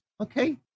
okay